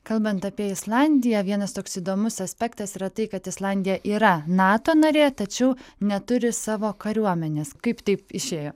kalbant apie islandiją vienas toks įdomus aspektas yra tai kad islandija yra nato narė tačiau neturi savo kariuomenės kaip taip išėjo